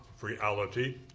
reality